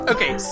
Okay